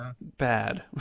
bad